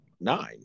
nine